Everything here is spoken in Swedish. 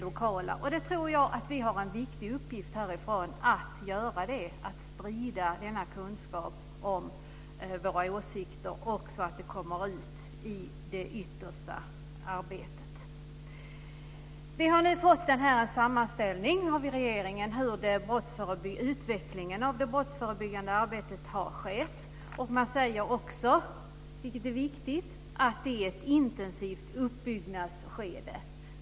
Jag tror att vi här har en viktig uppgift att sprida kunskap om våra åsikter så att de kommer ut i det yttersta arbetet. Vi har nu fått den här sammanställningen av regeringen om hur utvecklingen av det brottsförebyggande arbetet har varit. Man säger också, vilket är viktigt, att det är ett intensivt uppbyggnadsskede.